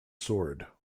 sword